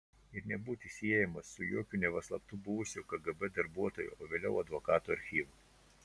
ir nebūti siejamas su jokiu neva slaptu buvusio kgb darbuotojo o vėliau advokato archyvu